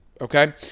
Okay